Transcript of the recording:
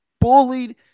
bullied